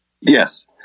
Yes